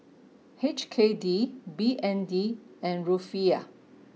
H K D B N D and Rufiyaa